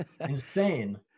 Insane